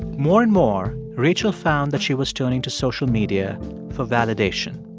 more and more, rachel found that she was turning to social media for validation.